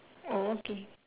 okay